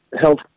health